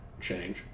change